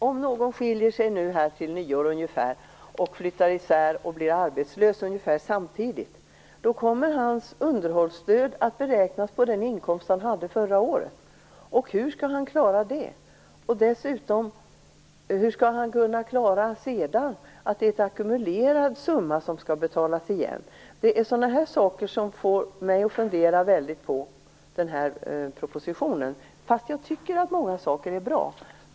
Herr talman! Jag har en fråga. Anta att någon skiljer sig till nyår och flyttar ut och blir arbetslös ungefär samtidigt. Då kommer återbetalningen av underhållsstödet att beräknas på den inkomst han hade förra året. Hur skall han klara det? Hur skall han sedan kunna klara att betala igen den ackumulerade summan? Det är sådana saker som får mig att fundera på propositionen, även om jag tycker att många saker är bra.